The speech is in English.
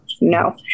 no